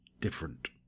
different